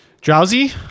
Drowsy